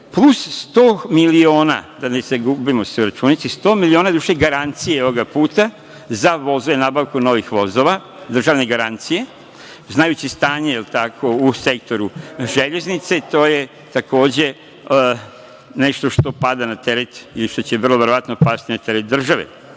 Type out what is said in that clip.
plus 100 miliona, gubimo se u računici, 100 miliona, doduše garancije ovoga puta, za vozove, nabavku novih vozova, državne garancije. Znajući stanje u sektoru železnice, to je, takođe, nešto što pada na teret ili što će vrlo verovatno pasti na teret države